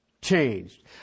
changed